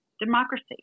democracy